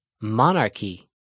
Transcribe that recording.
Monarchy